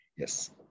Yes